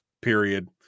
period